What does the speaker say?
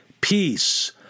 peace